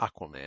Aquaman